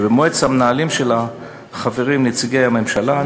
ובמועצת המנהלים שלה חברים נציגי הממשלה,